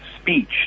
speech